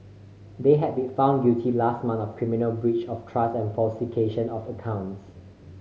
they had been found guilty last month of criminal breach of trust and falsification of accounts